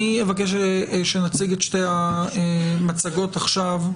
אני אבקש שנציג את שתי המצגות עכשיו,